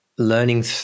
Learning